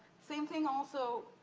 same thing, also,